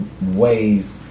ways